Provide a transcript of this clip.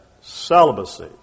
celibacy